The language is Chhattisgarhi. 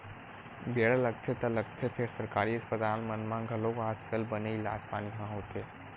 बेरा लगथे ता लगथे फेर सरकारी अस्पताल मन म घलोक आज कल बने इलाज पानी ह होथे